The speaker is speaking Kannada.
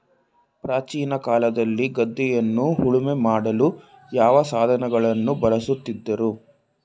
ಪ್ರಾಚೀನ ಕಾಲದಲ್ಲಿ ಗದ್ದೆಯನ್ನು ಉಳುಮೆ ಮಾಡಲು ಯಾವ ಸಾಧನಗಳನ್ನು ಬಳಸುತ್ತಿದ್ದರು?